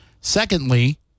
Secondly